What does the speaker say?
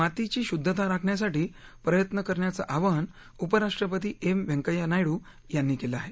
मातीची शुद्धता राखण्यासाठी प्रयत्न करण्याचं आवाहन उपराष्ट्रपती एम व्यंकय्या नायडू यांनी केलं आहे